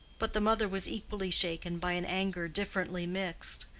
but the mother was equally shaken by an anger differently mixed,